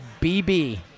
BB